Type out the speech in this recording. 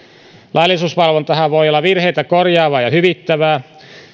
laillisuusvalvontahan voi olla virheitä korjaavaa ja hyvittävää